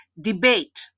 debate